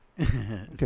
Okay